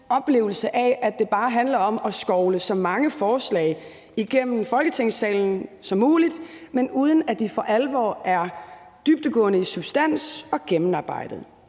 oplevelse, at det bare handler om at skovle så mange forslag igennem Folketingssalen som muligt, men uden at de for alvor er dybdegående i substans og gennemarbejdede.